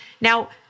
Now